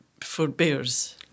forbears